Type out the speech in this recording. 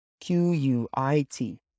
Q-U-I-T